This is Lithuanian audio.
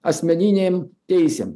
asmeninėm teisėm